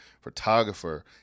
photographer